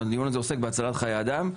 והדיון הזה עוסק בהצלת חיי אדם,